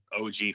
OG